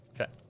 Okay